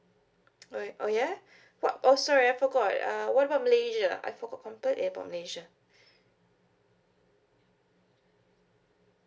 oh oh ya what also right I forgot uh what about malaysia I forgot complete about malaysia